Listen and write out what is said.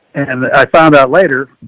and i found out later